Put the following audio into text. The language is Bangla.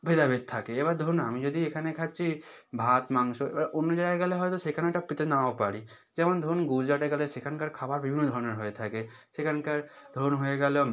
ভেদাভেদ থাকে এবার ধরুন আমি যদি এখানে খাচ্ছি ভাত মাংস এবার অন্য জাগায় গেলে হয়ত সেখানে এটা পেতে নাও পারি যেমন ধরুন গুজরাটে গেলে সেখানকার খাবার বিভিন্ন ধরনের হয়ে থাকে সেখানকার ধরুন হয়ে গেল